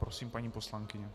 Prosím, paní poslankyně.